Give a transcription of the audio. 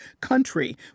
country